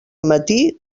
matí